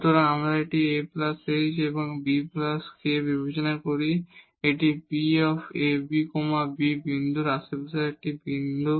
সুতরাং আমরা এটি ah এবং bk বিবেচনা করি এটি P a b বিন্দুর আশেপাশের একটি বিন্দু